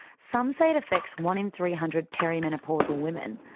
some say it affects one in three hundred perimenopausal women,